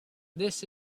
this